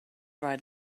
right